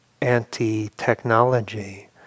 anti-technology